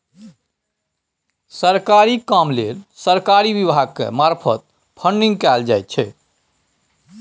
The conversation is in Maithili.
सरकारी काम लेल सरकारी विभाग के मार्फत फंडिंग कएल जाइ छै